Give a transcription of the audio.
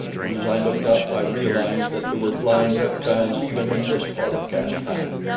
and as i looked up, i realized that there were flying reptiles even in this part of caspak.